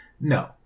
No